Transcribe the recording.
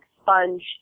sponge